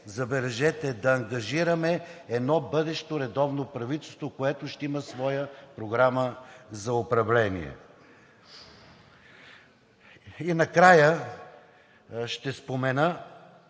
забележете, да ангажираме едно бъдещо редовно правителство, което ще има своя програма за управление. И накрая ще спомена,